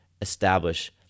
establish